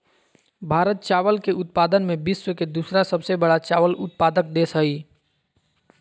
भारत चावल के उत्पादन में विश्व के दूसरा सबसे बड़ा चावल उत्पादक देश हइ